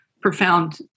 profound